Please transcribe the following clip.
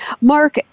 Mark